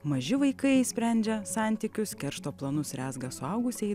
maži vaikai sprendžia santykius keršto planus rezga suaugusieji